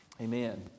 Amen